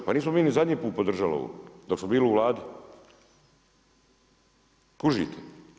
Pa nismo mi ni zadnji put podržali ovo dok smo bili u Vladi, kužite?